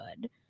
good